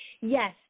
Yes